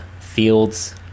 Fields